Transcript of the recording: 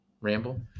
ramble